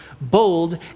bold